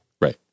right